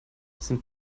sind